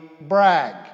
brag